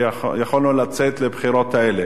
ויכולנו לצאת לבחירות האלה.